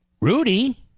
Rudy